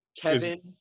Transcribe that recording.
Kevin